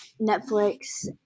Netflix